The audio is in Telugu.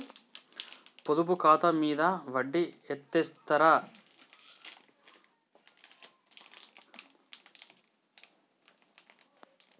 పొదుపు ఖాతా మీద వడ్డీ ఎంతిస్తరు?